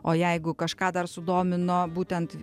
o jeigu kažką dar sudomino būtent